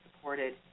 supported